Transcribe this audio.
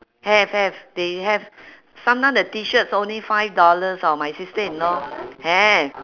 have have they have sometime the T-shirts only five dollars hor my sister in law have